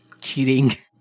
cheating